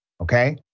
okay